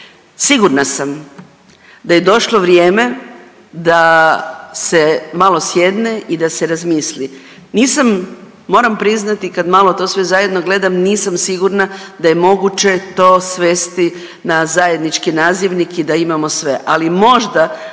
Sigurna sam da je došlo vrijeme da se malo sjedne i da se razmisli. Nisam moram priznati kad malo to sve zajedno gledam nisam sigurna da je moguće to svesti na zajednički nazivnik i da imamo sve, ali možda